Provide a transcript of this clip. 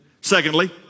Secondly